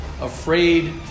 afraid